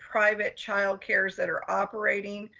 private child-cares that are operating.